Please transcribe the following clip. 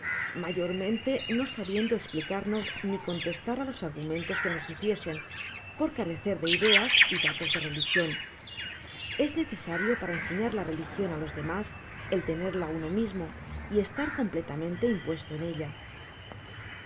mayormente no sabiendo esplicarnos ni contestar á los argumentos que nos hiciesen por carecer de ideas y datos de religion es necesario para enseñar la religion á los demas el tenerla uno mismo y estar completamente impuesto en ella